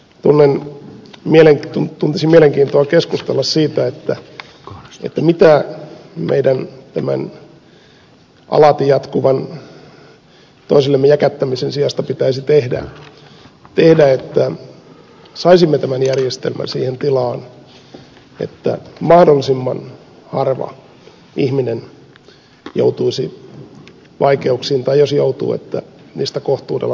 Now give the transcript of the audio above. olen mielet on tunti sen tuntisin mielenkiintoa keskustella siitä mitä meidän alati jatkuvan toisillemme jäkättämisen sijasta pitäisi tehdä että saisimme tämän järjestelmän siihen tilaan että mahdollisimman harva ihminen joutuisi vaikeuksiin tai jos joutuisi niistä kohtuudella selviäisi